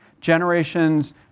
Generations